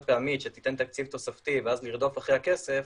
פעמית שתיתן תקציב תוספתי ואז נרדוף אחרי הכסף,